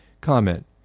Comment